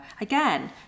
again